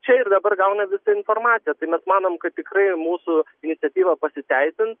čia ir dabar gauna visą informaciją tai mes manom kad tikrai mūsų iniciatyva pasiteisins